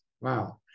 Wow